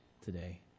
today